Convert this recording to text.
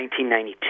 1992